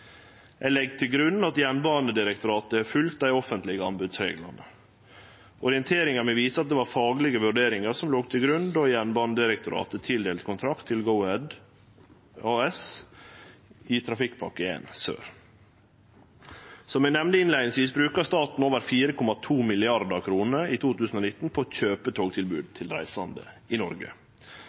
Eg legg til grunn at Jernbanedirektoratet har følgt dei offentlege anbodsreglane. Orienteringa mi viser at det var faglege vurderingar som låg til grunn då Jernbanedirektoratet tildelte kontrakt til Go-Ahead Norge AS i Trafikkpakke 1 Sør. Som eg nemnde innleiingsvis, brukar staten over 4,2 mrd. kr i 2019 på å kjøpe togtilbod til dei reisande i Noreg.